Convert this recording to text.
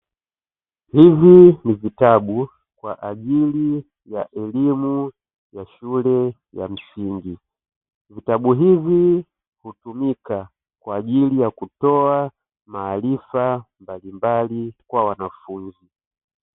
Hivi ni vitabu kwa ajili ya elimu ya shule ya msingi, vitabu hivi hutumika kwa ajili ya kutoa maarifa mbalimbali kwa wanafunzi.